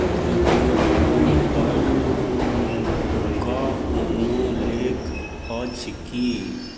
ध्रुवीय भालू पर कओनो लेख अछि की